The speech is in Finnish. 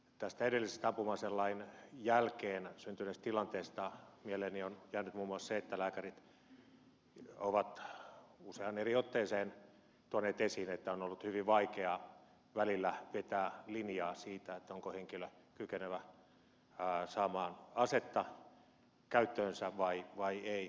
tästä edellisen ampuma aselain jälkeen syntyneestä tilanteesta mieleeni on jäänyt muun muassa se että lääkärit ovat useaan eri otteeseen tuoneet esiin että on ollut hyvin vaikeaa välillä vetää linjaa siitä onko henkilö kykenevä saamaan asetta käyttöönsä vai ei